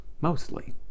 mostly